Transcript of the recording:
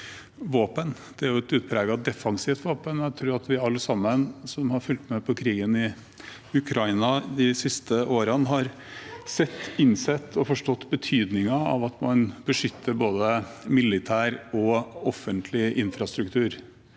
Det er et utpreget defensivt våpen. Jeg tror at alle vi som har fulgt med på krigen i Ukraina de siste årene, har innsett og forstått betydningen av at man beskytter både militær og offentlig infrastruktur.